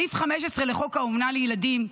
סעיף 15 לחוק האומנה לילדים,